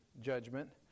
judgment